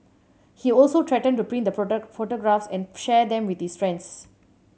he also threatened to print the photographs and share them with his friends